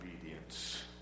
obedience